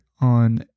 on